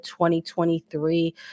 2023